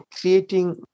creating